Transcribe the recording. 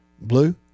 Blue